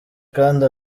kandi